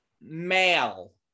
male